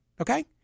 Okay